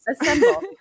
assemble